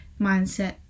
mindset